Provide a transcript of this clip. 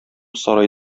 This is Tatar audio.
сарай